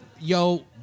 Yo